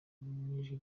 n’ijwi